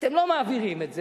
אתם לא מעבירים את זה.